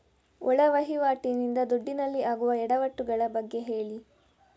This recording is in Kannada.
ಒಳ ವಹಿವಾಟಿ ನಿಂದ ದುಡ್ಡಿನಲ್ಲಿ ಆಗುವ ಎಡವಟ್ಟು ಗಳ ಬಗ್ಗೆ ಹೇಳಿ